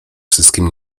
wszystkim